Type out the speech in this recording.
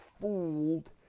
fooled